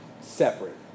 separate